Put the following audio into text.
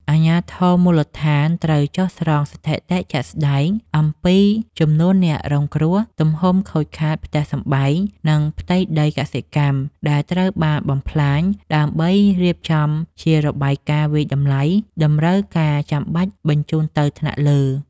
អាជ្ញាធរមូលដ្ឋានត្រូវចុះស្រង់ស្ថិតិជាក់ស្ដែងអំពីចំនួនអ្នករងគ្រោះ ទំហំខូចខាតផ្ទះសម្បែង និងផ្ទៃដីកសិកម្មដែលត្រូវបានបំផ្លាញ ដើម្បីរៀបចំជារបាយការណ៍វាយតម្លៃតម្រូវការចាំបាច់បញ្ជូនទៅថ្នាក់លើ។